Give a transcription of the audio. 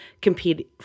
compete